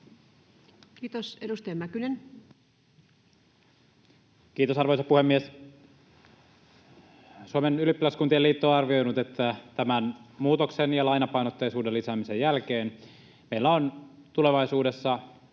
Kiitos. — Edustaja Mäkynen. Kiitos, arvoisa puhemies! Suomen ylioppilaskuntien liitto on arvioinut, että tämän muutoksen ja lainapainotteisuuden lisäämisen jälkeen meillä on tulevaisuudessa